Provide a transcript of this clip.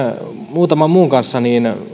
muutaman muun kanssa